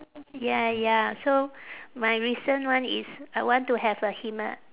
ya ya so my recent one is I want to have a hima~